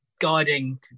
guiding